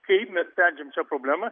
kaip mes sprendžiam šią problemą